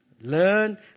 Learn